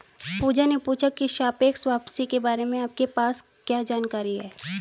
पूजा ने पूछा की सापेक्ष वापसी के बारे में आपके पास क्या जानकारी है?